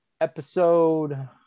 episode